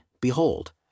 Behold